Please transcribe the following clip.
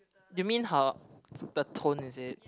you mean her the tone is it